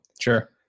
sure